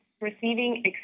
receiving